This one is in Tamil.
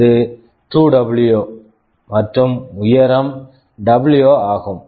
இது 2டபுள்யூ 2W மற்றும் உயரம் டபுள்யூ W ஆகும்